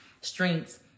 strengths